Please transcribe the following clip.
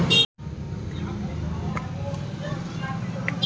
Computer ನಾಗ ತರುಸುವ ಎಣ್ಣಿ ಹೆಂಗ್ ಚೊಕ್ಕ ಇರತ್ತ ರಿ?